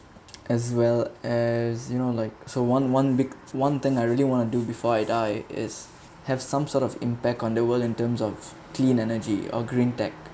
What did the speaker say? as well as you know like so one one big one thing I really want to do before I die is have some sort of impact on the world in terms of clean energy or green tech